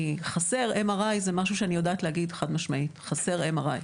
כי חסר MRI זה משהו שאני יודעת להגיד חד משמעית: חסר MRI,